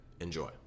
Enjoy